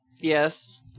Yes